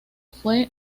fue